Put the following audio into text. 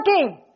working